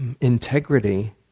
integrity